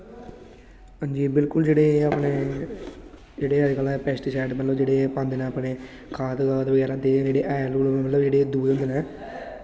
जियां बिल्कुल जेह्ड़े अपने जेह्ड़े पेस्टीसाईड न पांदे अपने खाद बगैरा एह् जेह्ड़े हैल होइये न